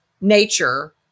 nature